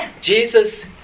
Jesus